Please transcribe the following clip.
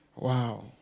Wow